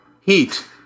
Heat